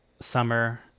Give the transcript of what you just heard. summer